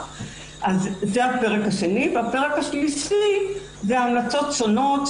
הפרק השלישי זה המלצות שונות,